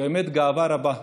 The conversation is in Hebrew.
באמת גאווה רבה.